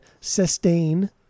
sustain